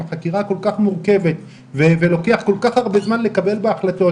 אם החקירה כל כך מורכבת ולוקח כל כך הרבה זמן לקבל בה החלטות,